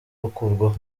gukurwaho